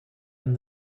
and